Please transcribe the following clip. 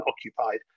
occupied